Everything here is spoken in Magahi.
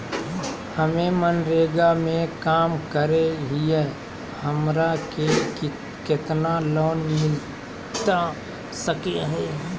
हमे मनरेगा में काम करे हियई, हमरा के कितना लोन मिलता सके हई?